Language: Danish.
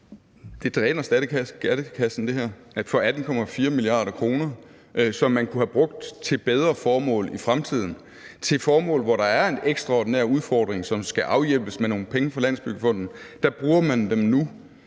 her dræner skattekassen for 18,4 mia. kr., som man kunne have brugt til bedre formål i fremtiden – til formål, hvor der er en ekstraordinær udfordring, som skal afhjælpes med nogle penge fra Landsbyggefonden. Nu bruger man dem på